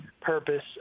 purpose